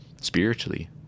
spiritually